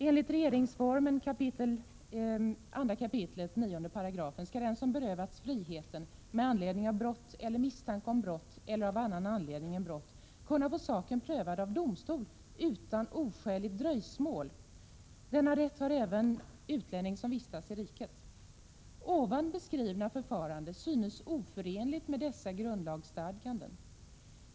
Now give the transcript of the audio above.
Enligt RF 2 kap 9 § skall den som berövats friheten med anledning av brott eller misstanke om brott eller av annan anledning än brott kunna få saken prövad av domstol utan oskäligt dröjsmål. Denna rätt har även utlänning som vistas i riket . Ovan beskrivna förfarande synes oförenligt med dessa grundlagsstadganden.